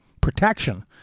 protection